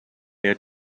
had